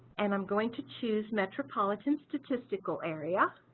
and i'm going to choose metropolitan statistical area